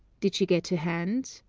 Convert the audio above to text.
did she get a hand?